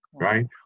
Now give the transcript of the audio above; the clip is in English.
right